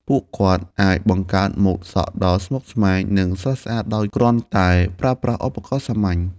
ពួកគាត់អាចបង្កើតម៉ូតសក់ដ៏ស្មុគស្មាញ និងស្រស់ស្អាតដោយគ្រាន់តែប្រើប្រាស់ឧបករណ៍សាមញ្ញ។